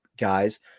guys